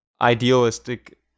idealistic